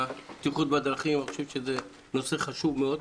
הבטיחות בדרכים הוא נושא חשוב מאוד.